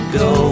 go